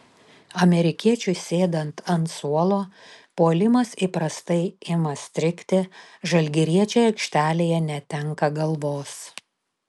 amerikiečiui sėdant ant suolo puolimas įprastai ima strigti žalgiriečiai aikštelėje netenka galvos